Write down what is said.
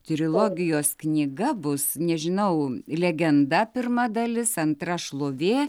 trilogijos knyga bus nežinau legenda pirma dalis antra šlovė